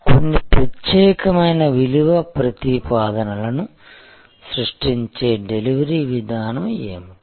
కొన్ని ప్రత్యేకమైన విలువ ప్రతిపాదనలను సృష్టించే డెలివరీ విధానం ఏమిటి